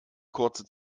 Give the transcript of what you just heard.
kurze